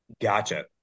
gotcha